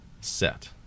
set